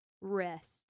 Rest